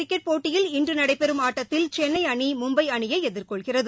cricket போட்டியில் IPL இன்றுநடைபெறும் ஆட்டத்தில் சென்னைஅணி மும்பைஅணியைஎதிர்கொள்கிறது